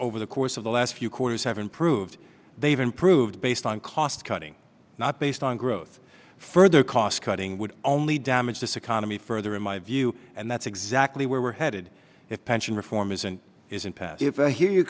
over the course of the last few quarters have improved they've improved based on cost cutting not based on growth further cost cutting would only damage this economy further in my view and that's exactly where we're headed if pension reform isn't isn't passed if i hear you